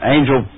Angel